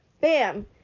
bam